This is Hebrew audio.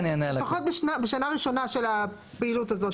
לפחות בשנה הראשונה של הפעילות הזאת.